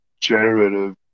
generative